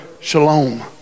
shalom